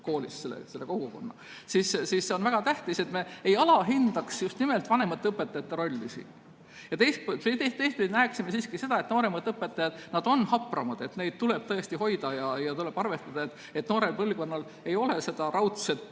koolis kogukonna. On väga tähtis, et me ei alahindaks just nimelt vanemate õpetajate rolli ja teistpidi näeksime seda, et nooremad õpetajad on hapramad, neid tuleb tõesti hoida ja tuleb arvestada, et noorel põlvkonnal ei ole seda raudset